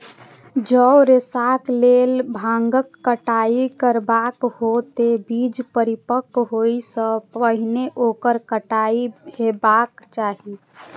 जौं रेशाक लेल भांगक कटाइ करबाक हो, ते बीज परिपक्व होइ सं पहिने ओकर कटाइ हेबाक चाही